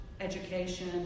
education